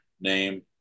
name